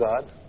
God